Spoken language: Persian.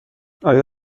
آیا